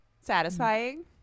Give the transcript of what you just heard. Satisfying